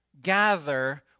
Gather